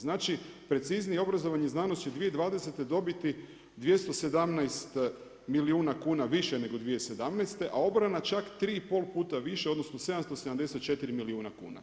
Znači preciznije, obrazovanje i znanost će 2020. dobiti 217 milijuna kuna više nego 2017., a obrana čak tri i pol puta više, odnosno 774 milijuna kuna.